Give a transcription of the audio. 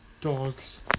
Dogs